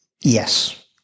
Yes